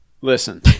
listen